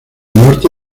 norte